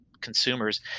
consumers